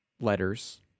letters